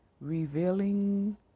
revealing